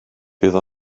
bydd